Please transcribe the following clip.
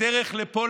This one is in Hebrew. בדרך לפה,